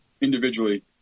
individually